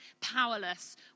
powerless